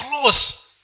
close